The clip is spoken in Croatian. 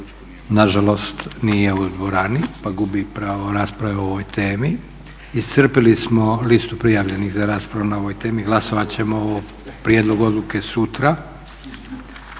Nažalost nije u dvorani pa gubi pravo rasprave o ovoj temi. Iscrpili smo listu prijavljenih za raspravu o ovoj temi. Glasovat ćemo o prijedlogu odluke sutra.